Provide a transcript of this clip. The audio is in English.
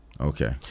Okay